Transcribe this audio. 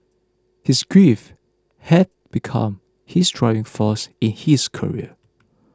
his grief had become his driving force in his career